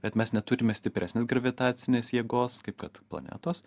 bet mes neturime stipresnės gravitacinės jėgos kaip kad planetos